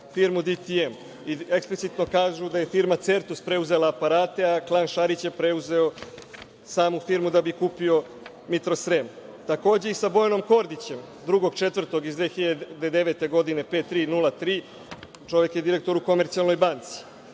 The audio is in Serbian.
firmu DTM i eksplicitno kažu da je firma „Certus“ preuzela aparate a klan Šarić je preuzeo samu firmu da bi kupio „Mitros Srem“. Takođe, i sa Bojanom Kordićem, 2. 04. 2009. godine, broj 5303, čovek je direktor u „Komercijalnoj banci“.